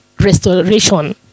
restoration